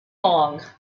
long